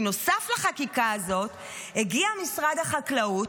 כי נוסף על החקיקה הזאת הגיע משרד החקלאות,